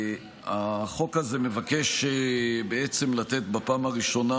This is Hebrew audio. החוק הזה מבקש בעצם לתת בפעם הראשונה